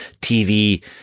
TV